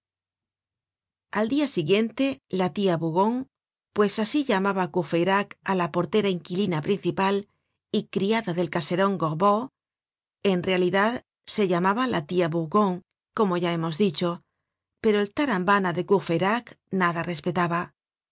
al dia siguiente la tia bougon pues asi llamaba courfeyrac á la portera inquilina principal y criada del caseron gorbeau en realidad se llamaba la tia bourgon como ya hemos dicho pero el tarambana de courfeyrac nada respetaba